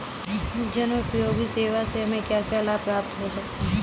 जनोपयोगी सेवा से हमें क्या क्या लाभ प्राप्त हो सकते हैं?